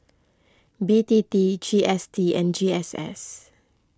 B T T G S T and G S S